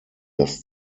dass